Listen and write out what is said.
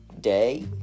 day